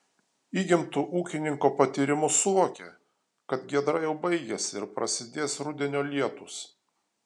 įgimtu ūkininko patyrimu suvokė kad giedra jau baigiasi ir prasidės rudenio lietūs